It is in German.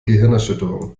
gehirnerschütterung